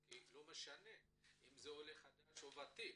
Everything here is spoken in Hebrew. כי לא משנה אם זה עולה חדש או ותיק,